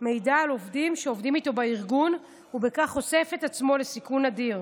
מידע על עובדים שעובדים איתו בארגון ובכך חושף את עצמו לסיכון אדיר.